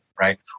Right